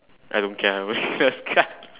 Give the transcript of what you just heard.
I don't care I'm only last card